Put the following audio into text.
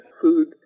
food